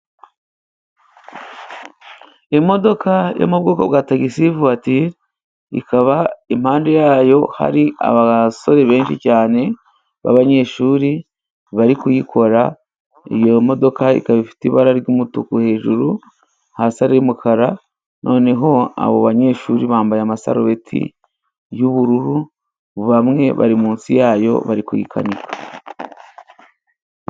Imodoka yo mu bwoko bwa tagisi vuwatire, ikaba impande yayo hari abasore benshi cyane b'abanyeshuri bari kuyikora. Iyo modoka ikaba ifite ibara ry'umutuku hejuru, hasi ari umukara. Noneho abo banyeshuri bambaye amasarubeti y'ubururu, bamwe bari munsi yayo bari kuyikanika.